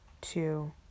two